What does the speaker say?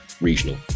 regional